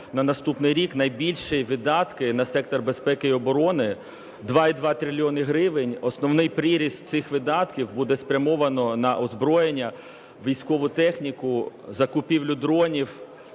на наступний рік найбільші видатки на сектор безпеки і оборони, 2,2 трильйона гривень. Основний приріст цих видатків буде спрямовано на озброєння, військову техніку, закупівлю дронів,